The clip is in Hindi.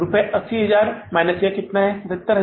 रुपए 80000 माइनस यह कितना 77500 है